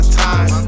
time